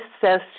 says